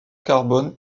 carbone